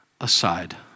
aside